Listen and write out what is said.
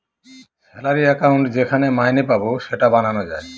salary account যেখানে মাইনে পাবো সেটা বানানো যায়